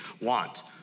want